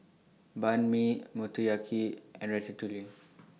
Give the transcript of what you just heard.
Banh MI Motoyaki and Ratatouille